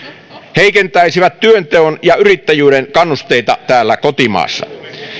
heikentäisivät työnteon ja yrittäjyyden kannusteita täällä kotimaassa